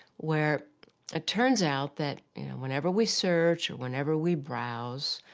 where it turns out that whenever we search or whenever we browse,